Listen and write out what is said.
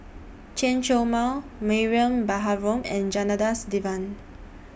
Chen Show Mao Mariam Baharom and Janadas Devan